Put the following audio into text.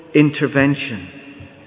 intervention